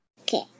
Okay